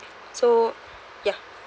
so ya